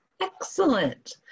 Excellent